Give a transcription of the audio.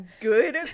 good